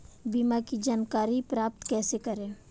बीमा की जानकारी प्राप्त कैसे करें?